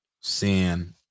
sin